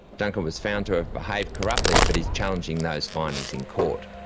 duncan was found to have behaved corruptly but is challenging those findings in court.